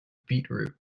beetroot